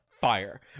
fire